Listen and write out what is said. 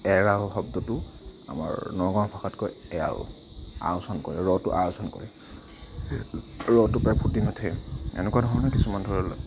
এৰাল শব্দটো আমাৰ নগাঁও ভাষাত কয় এআল আ উচ্চাৰণ কৰে ৰটো আ উচ্চাৰণ কৰে ৰটো প্ৰায় ফুটি নুঠে এনেকুৱা ধৰণে কিছুমান ধৰি লওক